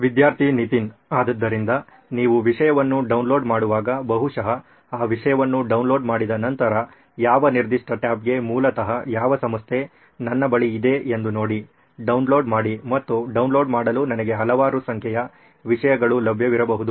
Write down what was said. ವಿದ್ಯಾರ್ಥಿ ನಿತಿನ್ ಆದ್ದರಿಂದ ನೀವು ವಿಷಯವನ್ನು ಡೌನ್ಲೋಡ್ ಮಾಡುವಾಗ ಬಹುಶಃ ಆ ವಿಷಯವನ್ನು ಡೌನ್ಲೋಡ್ ಮಾಡಿದ ನಂತರ ಯಾವ ನಿರ್ದಿಷ್ಟ ಟ್ಯಾಬ್ಗೆ ಮೂಲತಃ ಯಾವ ಸಂಸ್ಥೆ ನನ್ನ ಬಳಿ ಇದೆ ಎಂದು ನೋಡಿ ಡೌನ್ಲೋಡ್ ಮಾಡಿ ಮತ್ತು ಡೌನ್ಲೋಡ್ ಮಾಡಲು ನನಗೆ ಹಲವಾರು ಸಂಖ್ಯೆಯ ವಿಷಯಗಳು ಲಭ್ಯವಿರಬಹುದು